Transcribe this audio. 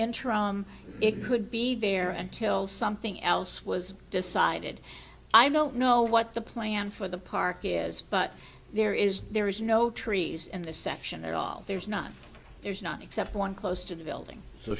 interim it could be bare until something else was decided i don't know what the plan for the park is but there is there is no trees in this section at all there's not there's not except one close to the building so